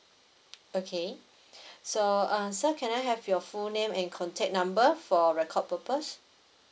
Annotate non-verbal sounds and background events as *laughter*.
okay *breath* so uh sir can I have your full name and contact number for record purpose